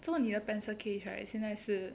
so 你的 pencil case right 现在是